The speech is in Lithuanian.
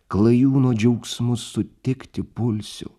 klajūno džiaugsmu sutikti pulsiu